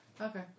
Okay